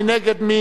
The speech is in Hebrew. מי נגד?